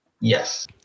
Yes